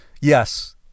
Yes